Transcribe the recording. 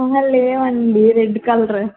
అహ లేవండీ red colour